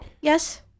Yes